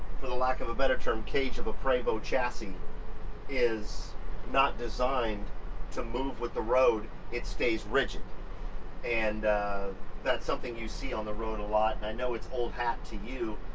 for the lack of a better term, cage of a prevost chassis is not designed to move with the road, it stays rigid and that's something you see on the road a lot, and i know it's old hat to you,